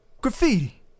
Graffiti